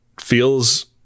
feels